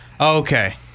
Okay